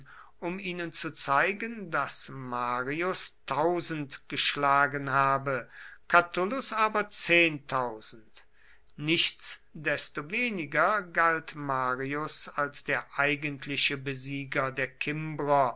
um ihnen zu zeigen daß marius tausend geschlagen habe catulus aber zehntausend nichtsdestoweniger galt marius als der eigentliche besieger der kimbrer